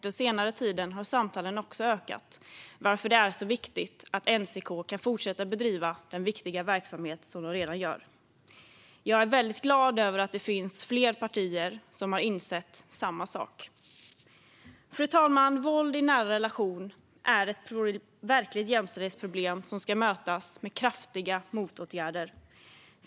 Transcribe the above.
Den senaste tiden har samtalen också ökat, varför det är så viktigt att NCK kan fortsätta bedriva den viktiga verksamhet som de redan har. Jag är väldigt glad över att det finns fler partier som har insett samma sak. Fru talman! Våld i nära relationer är ett verkligt jämställdhetsproblem som ska mötas med kraftiga motåtgärder.